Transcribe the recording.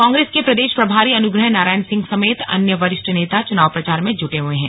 कांग्रेस के प्रदेश प्रभारी अनुग्रह नारायण सिंह समेत अन्य वरिष्ठ नेता चुनाव प्रचार में जुट हुए हैं